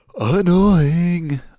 annoying